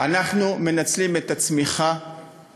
אנחנו מנצלים את הצמיחה